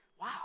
wow